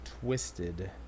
twisted